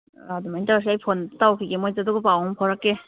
ꯑꯥ ꯑꯗꯨꯃꯥꯏ ꯇꯧꯔꯁꯦ ꯑꯩ ꯐꯣꯟ ꯇꯧꯈꯤꯒꯦ ꯃꯣꯏꯗꯣ ꯑꯗꯨꯒ ꯄꯥꯎ ꯑꯃꯨꯛ ꯐꯥꯎꯔꯛꯀꯦ